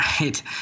right